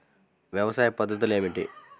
వ్యవసాయ పద్ధతులు ఏమిటి?